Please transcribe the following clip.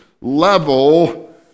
level